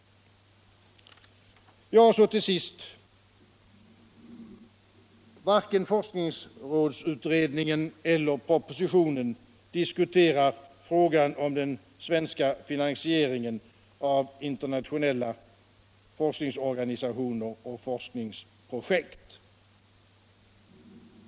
Till sist: Varken forskningsrådsutredningen eller propositionen diskuterar nu frågan om den svenska finansieringen av internationella forskningsorganisationer och forskningsprojekt.